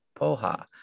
Poha